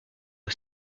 aux